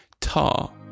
Tar